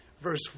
Verse